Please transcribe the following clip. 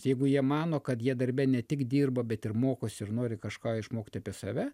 jeigu jie mano kad jie darbe ne tik dirba bet ir mokosi ir nori kažką išmokti apie save